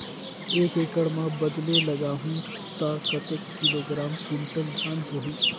एक एकड़ मां बदले लगाहु ता कतेक किलोग्राम कुंटल धान होही?